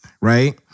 right